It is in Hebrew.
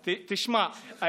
תשמע.